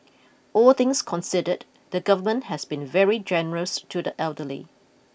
all things considered the government has been very generous to the elderly